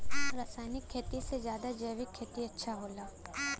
रासायनिक खेती से ज्यादा जैविक खेती अच्छा होला